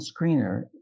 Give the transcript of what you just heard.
screener